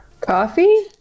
coffee